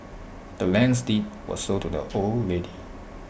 the land's deed was sold to the old lady